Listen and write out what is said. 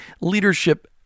Leadership